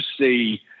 see